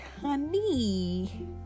honey